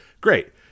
great